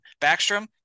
Backstrom